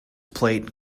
plate